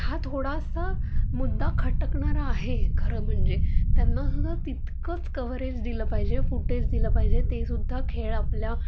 हा थोडासा मुद्दा खटकणारा आहे खरं म्हणजे त्यांना सुद्धा तितकंच कव्हरेज दिलं पाहिजे फुटेज दिलं पाहिजे ते सुद्धा खेळ आपल्या